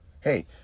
Hey